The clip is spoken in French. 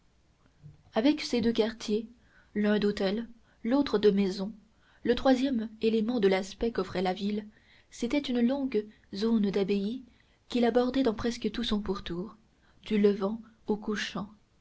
avec ces deux quartiers l'un d'hôtels l'autre de maisons le troisième élément de l'aspect qu'offrait la ville c'était une longue zone d'abbayes qui la bordait dans presque tout son pourtour du levant au couchant